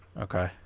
Okay